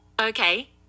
Okay